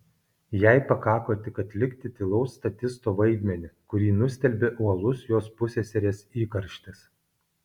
jai pakako tik atlikti tylaus statisto vaidmenį kurį nustelbė uolus jos pusseserės įkarštis